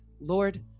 Lord